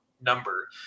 number